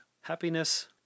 happiness